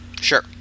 Sure